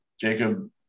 Jacob